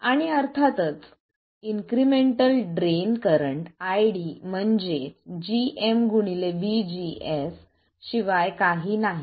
आणि अर्थातच incremental drain current iD म्हणजे gm vGS शिवाय काही नाही